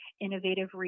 innovative